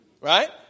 Right